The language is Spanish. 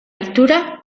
altura